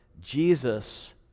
Jesus